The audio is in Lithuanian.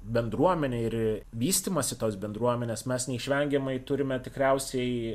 bendruomenę ir vystymąsi tos bendruomenės mes neišvengiamai turime tikriausiai